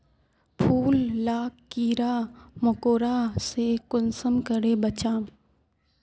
फूल लाक कीड़ा मकोड़ा से कुंसम करे बचाम?